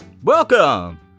Welcome